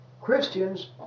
christians